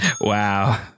Wow